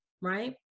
right